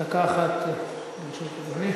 דקה אחת לרשות אדוני.